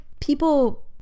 people